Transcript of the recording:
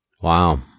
wow